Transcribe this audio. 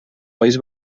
país